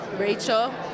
Rachel